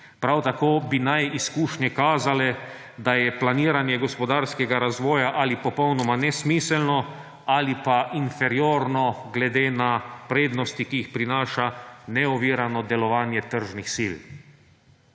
Prav tako bi naj izkušnje kazale, da je gospodarskega razvoja ali popolnoma nesmiselno ali pa inferiorno glede na prednosti, ki jih prinaša neovirano delovanje tržnih sil.